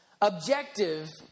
Objective